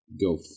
go